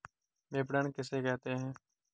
विपणन किसे कहते हैं?